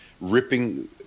ripping